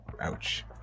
Ouch